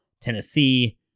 Tennessee